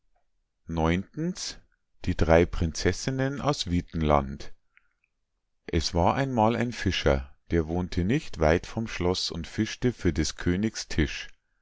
die drei prinzessinnen aus witenland es war einmal ein fischer der wohnte nicht weit vom schloß und fischte für des königs tisch